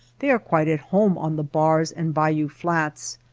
they are quite at home on the bars and bayou flats,